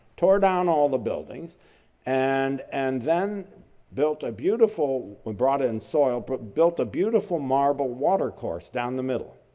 tore down all the buildings and and then built a beautiful brought in so ah but built a beautiful marble water course down the middle.